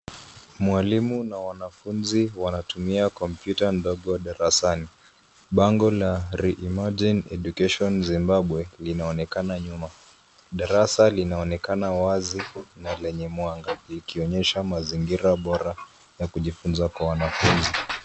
Mwalimu na wanafunzi wanatumia kompyuta ndogo darasani. Bango la reimagine education Zimbabwe linaonekana nyuma. Darasa linaonekana wazi na lenye mwanga likionyesha mazingira bora ya kujifunza kwa wanafunzi.